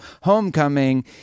Homecoming